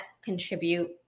contribute